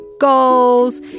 goals